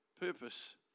purpose